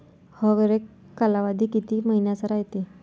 हरेक कालावधी किती मइन्याचा रायते?